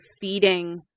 feeding